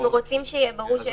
אנחנו רוצים שיהיה ברור.